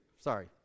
Sorry